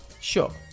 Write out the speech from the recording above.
Sure